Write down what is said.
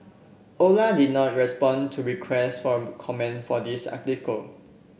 Ola did not respond to requests for comment for this article